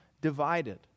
divided